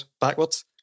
backwards